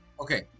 okay